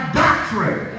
doctrine